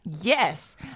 Yes